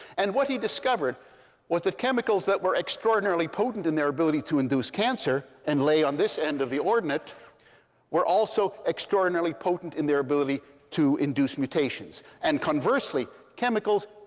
and what he discovered was that chemicals that were extraordinarily potent in their ability to induce cancer and lay on this end of the ordinate were also extraordinarily potent in their ability to induce mutations. and conversely, chemicals